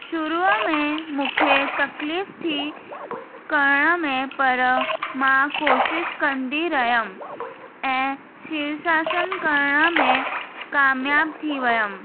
शुरूअ में मूंखे तकलीफ़ थी करण में पर मां कोशिशि कंदी रहियमि ऐं शीर्षासनि करण में कामयाबु थी वियमि